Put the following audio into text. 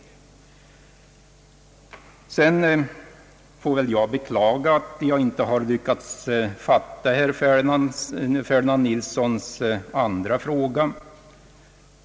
Jag är den första att beklaga att jag inte har lyckats fatta herr Ferdinand Nilssons andra fråga.